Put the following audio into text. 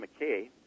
McKay